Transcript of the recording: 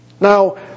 now